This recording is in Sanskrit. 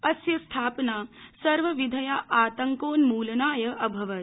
अस्य स्थापना सर्वविधया आतंकोन्मूलनाय अभवत्